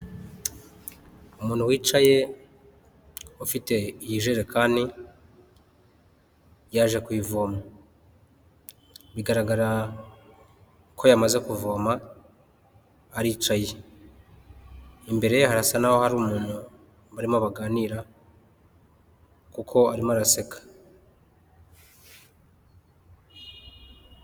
Umuntu wicaye ufite yijerekani yaje kuyivoma bigaragara ko yamaze kuvoma aricaye, imbere ye harasa naho hari umuntu barimo baganira kuko arimo araseka